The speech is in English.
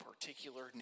particular